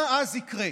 מה אז יקרה?